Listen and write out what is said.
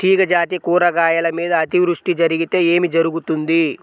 తీగజాతి కూరగాయల మీద అతివృష్టి జరిగితే ఏమి జరుగుతుంది?